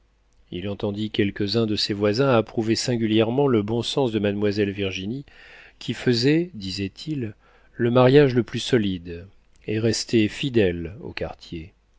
il entendit quelques-uns de ses voisins approuver singulièrement le bon sens de mademoiselle virginie qui faisait disaient-ils le mariage le plus solide et restait fidèle au quartier